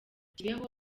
kibeho